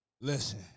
Listen